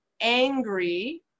angry